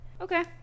Okay